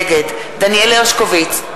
נגד דניאל הרשקוביץ,